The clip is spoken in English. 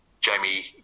Jamie